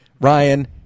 ryan